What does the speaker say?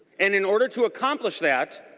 and in order to accomplish that